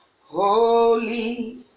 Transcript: Holy